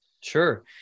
Sure